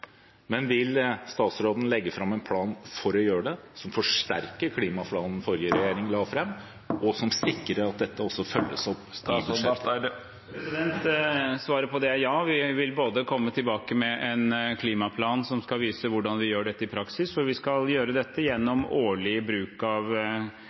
men vil statsråden legge fram en plan for å gjøre det, som forsterker klimaplanen den forrige regjeringen la fram, og sikre at dette også følges opp? Svaret på det er ja, vi vil komme tilbake med en klimaplan som skal vise hvordan vi gjør dette i praksis, for vi skal gjøre dette